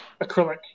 acrylic